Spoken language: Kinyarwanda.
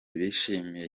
bishimiye